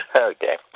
Okay